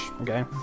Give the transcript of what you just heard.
okay